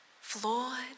flawed